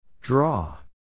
Draw